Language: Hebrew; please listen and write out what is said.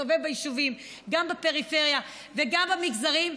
תסתובב ביישובים, גם בפריפריה וגם במגזרים.